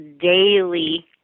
daily